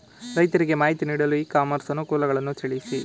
ರೈತರಿಗೆ ಮಾಹಿತಿ ನೀಡಲು ಇ ಕಾಮರ್ಸ್ ಅನುಕೂಲಗಳನ್ನು ತಿಳಿಸಿ?